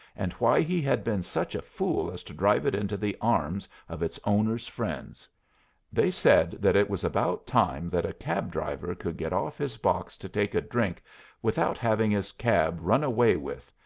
and why he had been such a fool as to drive it into the arms of its owner's friends they said that it was about time that a cab-driver could get off his box to take a drink without having his cab run away with,